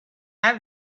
have